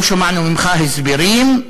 לא שמענו ממך הסברים,